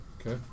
Okay